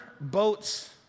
boats